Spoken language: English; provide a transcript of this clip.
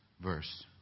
verse